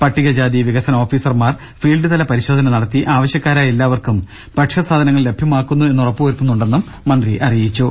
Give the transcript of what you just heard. പട്ടികജാതി വികസന ഓഫീസർമാർ ഫീൽഡ്തല പരിശോധന നടത്തി ആവശ്യക്കാരായ എല്ലാവർക്കും ഭക്ഷ്യ സാധനങ്ങൾ ലഭ്യമാക്കുന്നു എന്ന് ഉറപ്പു വരുത്തുന്നുണ്ടെന്നും മന്ത്രി അറിയിച്ചു